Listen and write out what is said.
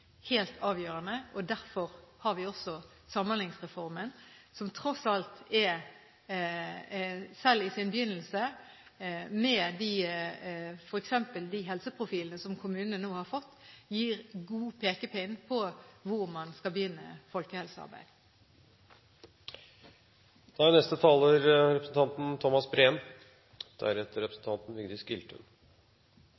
helt avgjørende. Derfor har vi også Samhandlingsreformen, som tross alt – selv i sin begynnelse, med f.eks. de helseprofilene som kommunene nå har fått – gir en god pekepinn på hvor man skal begynne folkehelsearbeidet. Jeg vil starte med en ydmyk takk til din presidentkollega Andersen for adekvat bistand, slik at jeg er